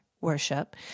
worship